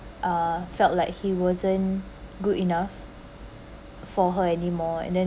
uh felt like he wasn't good enough for her anymore and then